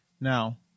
Now